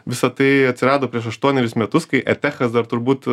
visa tai atsirado prieš aštuonerius metus kai etechas dar turbūt